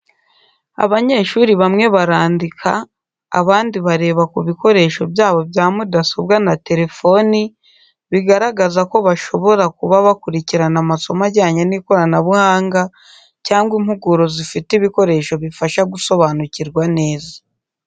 Abanyeshuri bamwe barandika, abandi bareba ku bikoresho byabo bya mudasobwa na telefoni, bigaragaza ko bashobora kuba bakurikirana amasomo ajyanye n’ikoranabuhanga cyangwa impuguro zifite ibikoresho bifasha gusobanukirwa neza.